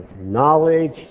knowledge